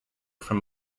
from